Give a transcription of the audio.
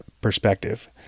perspective